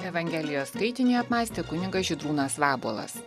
evangelijos skaitinį apmąstė kunigas žydrūnas vabuolas